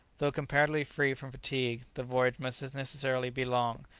though comparatively free from fatigue, the voyage must necessarily be long,